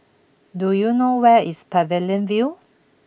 do you know where is Pavilion View